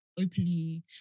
openly